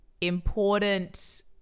important